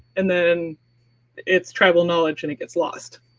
and then it's travel knowledge, and it gets lost.